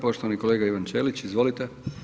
Poštovani kolega Ivan Ćelić, izvolite.